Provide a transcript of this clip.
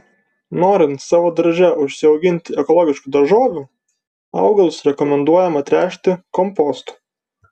norint savo darže užsiauginti ekologiškų daržovių augalus rekomenduojama tręšti kompostu